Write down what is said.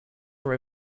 for